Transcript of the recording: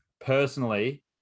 Personally